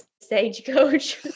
stagecoach